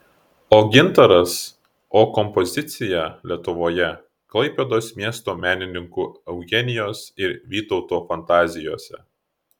o gintaras o kompozicija lietuvoje klaipėdos miesto menininkų eugenijos ir vytauto fantazijose